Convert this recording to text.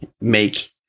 make